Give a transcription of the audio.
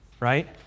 Right